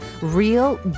Real